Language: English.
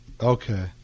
Okay